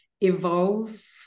evolve